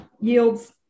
yields